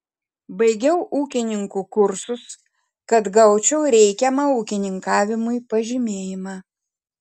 baigiau ūkininkų kursus kad gaučiau reikiamą ūkininkavimui pažymėjimą